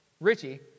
Richie